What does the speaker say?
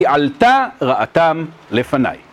‫כי עלתה רעתם לפניי.